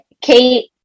Kate